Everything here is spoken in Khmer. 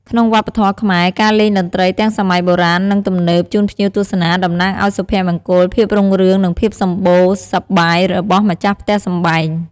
ក្នុងវប្បធម៌ខ្មែរ ការលេងតន្ត្រីទាំងសម័យបុរាណ និង ទំនើបជូនភ្ញៀវទស្សនាតំណាងឱ្យសុភមង្គល ភាពរុងរឿង និងភាពសម្បូរសប្បាយរបស់ម្ចាស់ផ្ទះសម្បែង។